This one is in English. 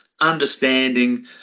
understanding